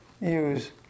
use